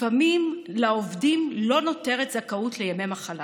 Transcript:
לפעמים לעובדים לא נותרת זכאות לימי מחלה,